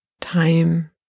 time